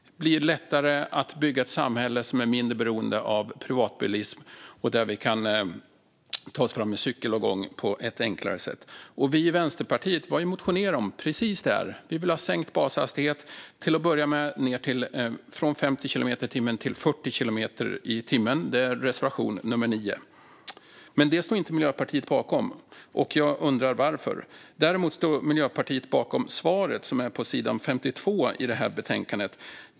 Det blir lättare att bygga ett samhälle som är mindre beroende av privatbilism och där vi kan ta oss fram med cykel och gång på ett enklare sätt. Vänsterpartiet har motionerat om precis detta. Vi vill ha sänkt bashastighet, till att böja med från 50 kilometer i timmen till 40 kilometer i timmen. Det är reservation nummer 9. Men det står Miljöpartiet inte bakom, och jag undrar varför. Miljöpartiet står däremot bakom svaret på sidan 52 i betänkandet.